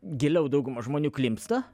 giliau dauguma žmonių klimpsta